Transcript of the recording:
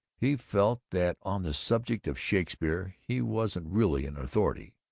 he felt that on the subject of shakespeare he wasn't really an authority.